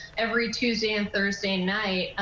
every tuesday and thursday night,